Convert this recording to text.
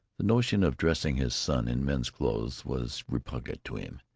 the notion of dressing his son in men's clothes was repugnant to him.